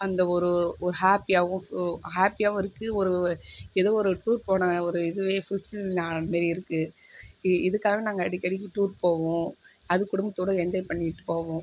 அந்த ஒரு ஒரு ஹாப்பியாகவும் ஹாப்பியாகவும் இருக்கு ஒரு ஏதோ ஒரு டூர் போன ஒரு இதுவே ஃபுல்ஃபில் ஆன மேரி இருக்கு இ இதுக்காக நாங்கள் அடிக்கடிக்கி டூர் போவோம் அதுவும் குடும்பத்தோட என்ஜாய் பண்ணிகிட்டு போவோம்